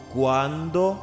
Quando